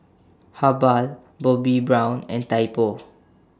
Habhal Bobbi Brown and Typo